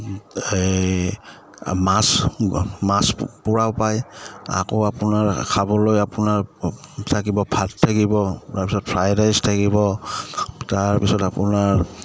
এই মাছ মাছ পূৰাও পায় আকৌ আপোনাৰ খাবলৈ আপোনাৰ থাকিব ভাত থাকিব তাৰপিছত ফ্ৰাইড ৰাইচ থাকিব তাৰপিছত আপোনাৰ